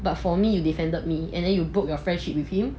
but for me you defended me and then you broke your friendship with him